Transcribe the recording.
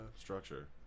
structure